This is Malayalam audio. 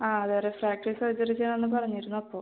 ആ അതെ റിഫ്രാക്റ്റീവ് സർജറി ചെയ്യാമെന്ന് പറഞ്ഞിരുന്നു അപ്പോൾ